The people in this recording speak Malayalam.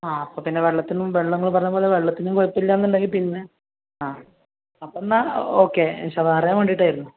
ആ അപ്പം പിന്നെ വെള്ളത്തിനും വെള്ളം നിങ്ങൾ പറഞ്ഞത് പോലെ വെള്ളത്തിനും കുഴപ്പം ഇല്ല എന്നുണ്ടെങ്കിൽ പിന്നെ ആ അപ്പം എന്നാൽ ഓക്കെ ഇത് അറിയാൻ വേണ്ടിയിട്ടായിരുന്നു